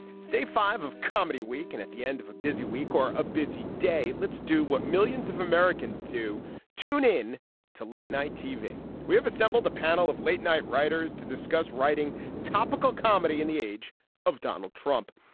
it's day five of comedy week and at the end of a busy week or a busy day let's do what millions of americans do tune in to late night tv. we have assembled a panel of late night writers to discuss writing topical comedy in the age of donald trump.